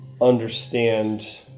understand